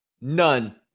None